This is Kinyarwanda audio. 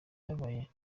yabyaye